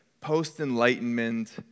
post-enlightenment